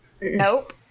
Nope